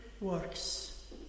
works